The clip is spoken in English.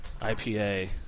IPA